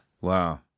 Wow